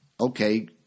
Okay